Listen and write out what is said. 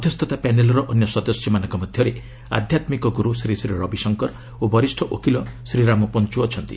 ମଧ୍ୟସ୍ଥତା ପ୍ୟାନେଲର ଅନ୍ୟ ସଦସ୍ୟ ମାନଙ୍କ ମଧ୍ୟରେ ଆଧ୍ୟାତ୍ମିକ ଗୁରୁ ଶ୍ରୀ ଶ୍ରୀ ରବିଶଙ୍କର ଓ ବରିଷ୍ଣ ଓକିଲ ଶ୍ରୀରାମ ପଞ୍ଚୁ ଅଛନ୍ତି